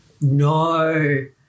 no